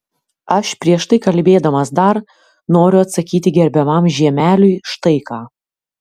aš prieš tai kalbėdamas dar noriu atsakyti gerbiamam žiemeliui štai ką